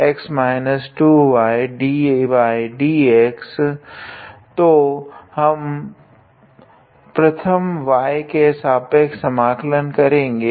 तो हम प्रथम y के सापेक्ष समाकलन करेगे